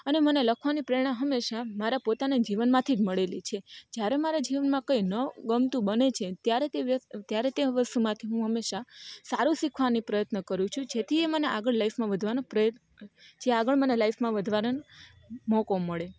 અને મને લખવાની પ્રેરણા હંમેશાં મારા પોતાના જીવનમાંથી મળેલી છે જ્યારે મારે જીવનમાં કંઈ ન ગમતું બને છે ત્યારે તે ત્યારે તે વસ્તુમાંથી હું હંમેશાં સારું શીખવાની પ્રયત્ન કરું છું જેથી એ મને આગળ લાઈફમાં વધવાનો પ્રય જે આગળ મને લાઈફમાં વધવાનો મોકો મળે